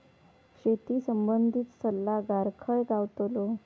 शेती संबंधित सल्लागार खय गावतलो?